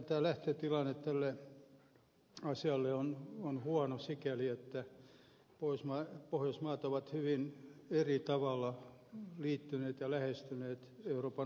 nythän lähtötilanne tälle asialle on huono sikäli että pohjoismaat ovat hyvin eri tavalla liittyneet euroopan unioniin ja lähestyneet sitä